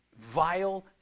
vile